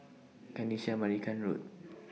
Kanisha Marican Road